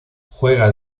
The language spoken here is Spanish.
juega